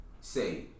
say